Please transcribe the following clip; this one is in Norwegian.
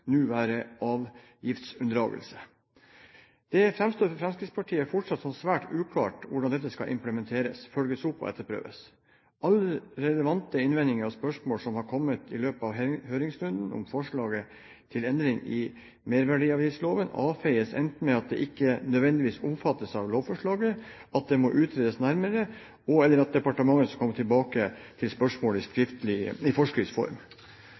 nå være avgiftsunndragelse. Det framstår for Fremskrittspartiet fortsatt som svært uklart hvordan dette skal implementeres, følges opp og etterprøves. Alle relevante innvendinger og spørsmål som har kommet i løpet av høringsrunden om forslaget til endring i merverdiavgiftsloven, avfeies enten med at det ikke nødvendigvis omfattes av lovforslaget, at det må utredes nærmere, og/eller at departementet skal komme tilbake til spørsmålet i